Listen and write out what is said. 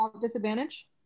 disadvantage